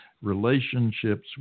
relationships